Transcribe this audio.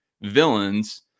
villains